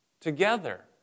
together